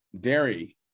dairy